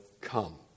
come